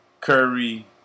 Curry